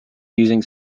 using